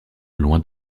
loin